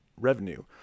revenue